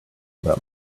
that